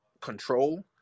control